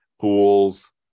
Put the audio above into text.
pools